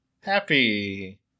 happy